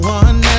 one